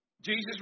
Jesus